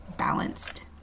balanced